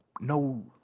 no